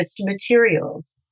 materials